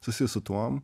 susijus su tuom